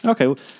Okay